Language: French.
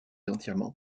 entièrement